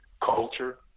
Culture